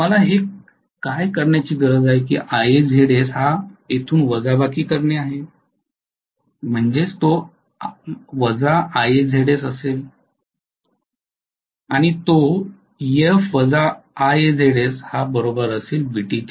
मला हे काय करण्याची गरज आहे की IaZs हा येथून वजाबाकी करणे हे आहे IaZs Ef −Ia Z s Vt